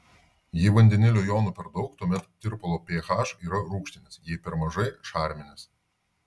jei vandenilio jonų per daug tuomet tirpalo ph yra rūgštinis jei per mažai šarminis